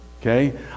Okay